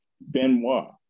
Benoit